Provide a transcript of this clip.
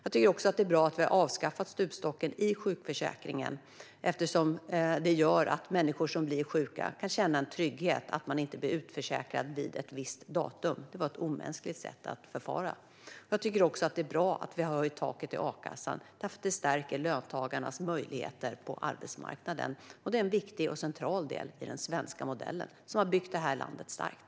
Det är också bra att vi har avskaffat stupstocken i sjukförsäkringen, eftersom det gör att människor som blir sjuka kan känna en trygghet i att de inte blir utförsäkrade vid ett visst datum. Det var ett omänskligt sätt att förfara. Det är också bra att vi har höjt taket i a-kassan, eftersom det stärker löntagarnas möjligheter på arbetsmarknaden. Det är en viktig och central del i den svenska modellen, som har byggt detta land starkt.